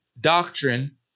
doctrine